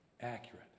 accurate